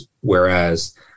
whereas